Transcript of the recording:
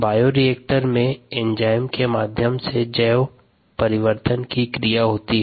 bioreactor में enzyme के माध्यम से जैव परिवर्तन की क्रिया होती है